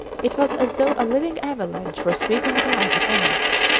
it was as though a living avalanche were sweeping down upon us.